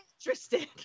interested